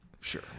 Sure